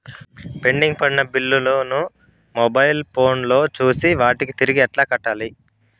pending పడిన బిల్లులు ను మొబైల్ ఫోను లో చూసి వాటిని తిరిగి ఎలా కట్టాలి